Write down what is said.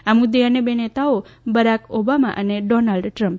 આ મુદ્દે અન્ય બે નેતાઓ છે બરાક ઓબામા અને ડોનાલ્ડ ટ્રમ્પ